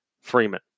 Freeman